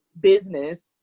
business